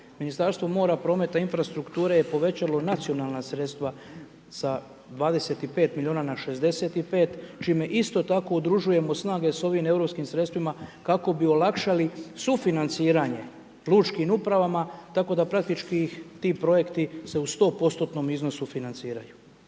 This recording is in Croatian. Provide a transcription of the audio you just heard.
Ministarstvo mora, prometa i infrastrukture je povećalo nacionalna sredstva sa 25 milijuna na 65 čime isto tako udružujemo snage sa ovim europskim sredstvima kako bi olakšali sufinanciranje lučkim upravama tako da praktički ih ti projekti se u 100%-tnom iznosu financiraju.